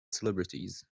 celebrities